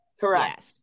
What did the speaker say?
Correct